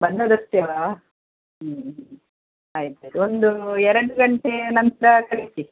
ಬಂದದ್ದು ಅಷ್ಟೆವಾ ಹ್ಞೂ ಆಯಿತು ಒಂದು ಎರಡು ಗಂಟೆ ನಂತರ ಕಳಿಸಿ